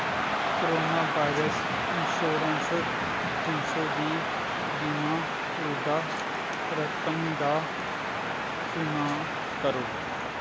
corona virus insurance तिन्न सौ दी बीमा रुदा रकम दा चुनांऽ करो